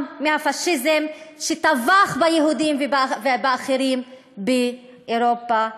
מהפאשיזם שטבח ביהודים ובאחרים באירופה,